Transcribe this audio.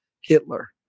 Hitler